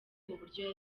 uburyo